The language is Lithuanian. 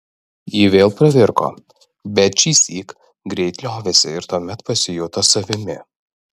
ji vėl pravirko bet šįsyk greit liovėsi ir tuomet pasijuto savimi